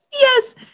yes